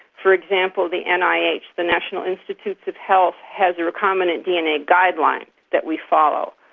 for example, the and nih, the national institute of health has recombinant dna guidelines that we follow.